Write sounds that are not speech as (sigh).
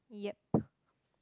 yup (breath)